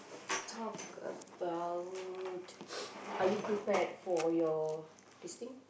talk about are you prepared for your these thing